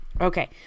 Okay